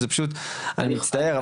אני מצטער,